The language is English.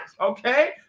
okay